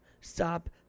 Stop